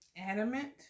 Adamant